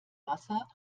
wasser